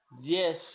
Yes